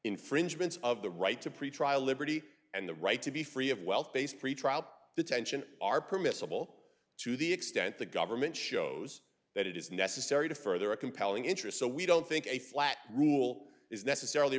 infringements of the right to pretrial liberty and the right to be free of wealth based pretrial detention are permissible to the extent the government shows that it is necessary to further a compelling interest so we don't think a flat rule is necessarily